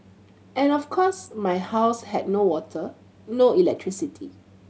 and of course my house had no water no electricity